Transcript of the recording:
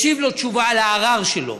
השיב לו תשובה על הערר שלו